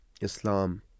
Islam